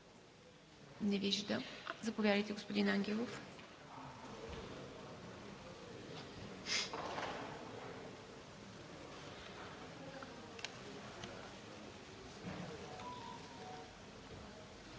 Не виждам. Заповядайте, господин Ангелов,